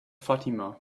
fatima